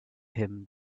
him